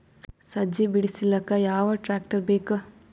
ಸಜ್ಜಿ ಬಿಡಿಸಿಲಕ ಯಾವ ಟ್ರಾಕ್ಟರ್ ಬೇಕ?